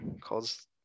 calls